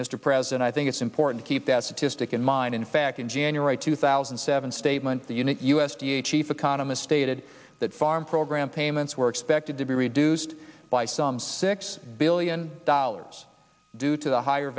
mr president i think it's important to keep that statistic in mind in fact in january two thousand and seven statement the unit u s d a chief economist stated that farm program payments were expected to be reduced by some six billion dollars due to the higher